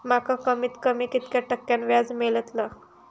माका कमीत कमी कितक्या टक्क्यान व्याज मेलतला?